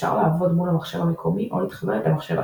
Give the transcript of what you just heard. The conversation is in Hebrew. אפשר לעבוד מול המחשב המקומי או להתחבר למחשב אחר.